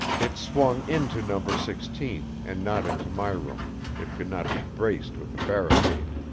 it swung into number sixteen and not into my room it could not be braced with a barricade.